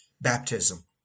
baptism